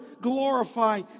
glorify